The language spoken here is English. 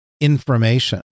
information